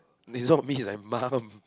it's not me it's my mom